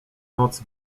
noc